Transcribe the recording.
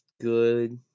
good